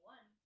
One